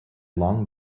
long